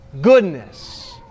goodness